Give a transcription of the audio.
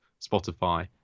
Spotify